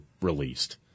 released